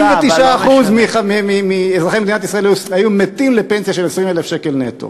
99% מאזרחי מדינת ישראל היו מתים לפנסיה של 20,000 שקל נטו.